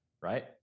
right